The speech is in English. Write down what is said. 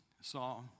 saw